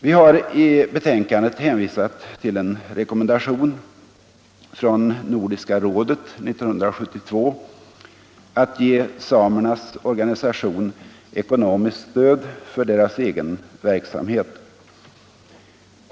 Vi har i betänkandet hänvisat till en rekommendation från Nordiska rådet 1972 att ge samernas organisation ekonomiskt stöd för deras egen verksamhet.